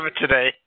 today